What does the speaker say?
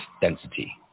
density